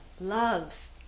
loves